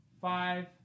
Five